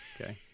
Okay